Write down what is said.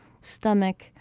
stomach